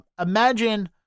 imagine